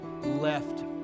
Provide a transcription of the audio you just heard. left